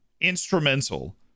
instrumental